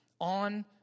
on